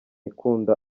ikunda